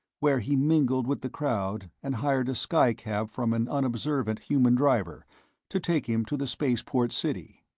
where he mingled with the crowd and hired a skycab from an unobservant human driver to take him to the spaceport city.